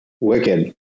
Wicked